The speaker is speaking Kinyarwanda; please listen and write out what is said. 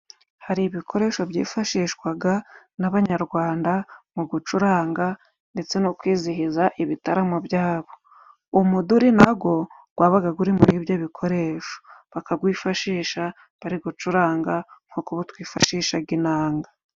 Hari ibikoresho byifashishwaga n'Abanyarwanda mu gucuranga, ndetse no kwizihiza ibitaramo byabo. Umuduri na wo wabaga uri muri Ibyo bikoresho bakawifashisha bari gucuranga, nk'uko ubu twifashisha inanga.